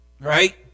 right